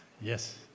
yes